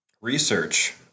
research